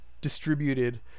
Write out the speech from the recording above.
distributed